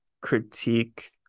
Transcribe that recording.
critique